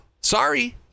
sorry